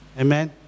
Amen